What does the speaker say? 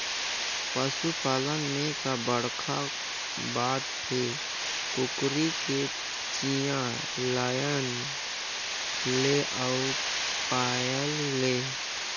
पसू पालन में का बड़खा बात हे, कुकरी के चिया लायन ले अउ पायल ले